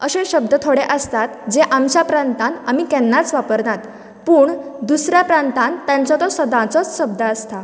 अशे थोडे शब्द आसतात जे आमच्या प्रांतात आमी केन्नाच वापरनात पूण दुसऱ्या प्रांतात तांचो तो सदाचोंच शब्द आसता